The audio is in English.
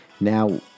Now